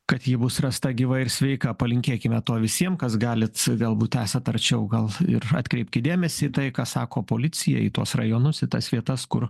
kad ji bus rasta gyva ir sveika palinkėkime to visiem kas galit vėl būt esat arčiau gal ir atkreipkit dėmesį į tai ką sako policija į tuos rajonus į tas vietas kur